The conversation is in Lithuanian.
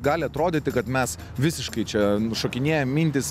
gali atrodyti kad mes visiškai čia šokinėja mintys